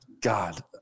God